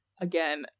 again